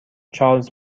چارلز